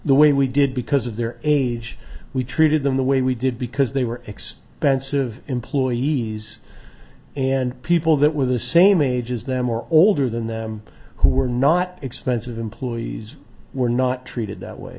the way we did because of their age we treated them the way we did because they were x pensive employees and people that were the same age as them or older than them who were not expensive employees were not treated that way